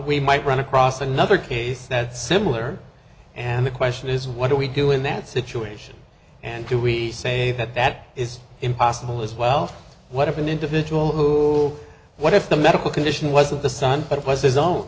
we might run across another case that similar and the question is what do we do in that situation and do we say that that is impossible as well what if an individual what if the medical condition wasn't the son but it was his own